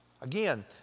Again